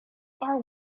are